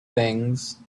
things